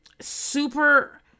Super